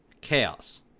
chaos